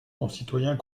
concitoyens